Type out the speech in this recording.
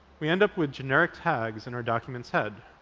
we end up with generic tags in our document's head.